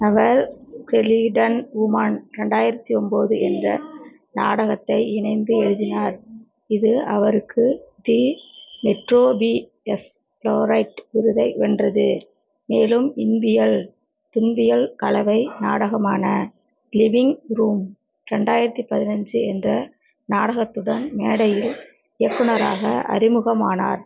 அவர் skeleton women ரெண்டாயிரத்தி ஒம்போது என்ற நாடகத்தை இணைந்து எழுதினார் இது அவருக்கு தி மெட்ரோ பிஎஸ் ஃப்ளோ ரைட் விருதை வென்றது மேலும் இன்பியல் துன்பியல் கலவை நாடகமான லிவிங் ரூம் ரெண்டாயிரத்தி பதினைஞ்சி என்ற நாடகத்துடன் மேடையிலேயே இயக்குனராக அறிமுகம் ஆனார்